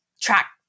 track